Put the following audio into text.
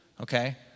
okay